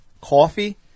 Coffee